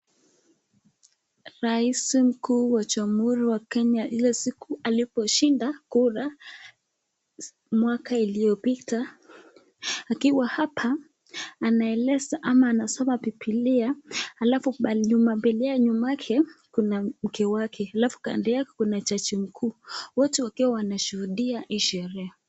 Raisi mkuu wa jamhuri wa Kenya, ile siku aliposhinda kura mwaka iliyopita akiwa hapa anaeleza ama anasoma bibilia alafu nyuma yake kuna mke wake alafu kando yake kuna jaji mkuu. Wote wakiwa wanashuhudia hii sherehe.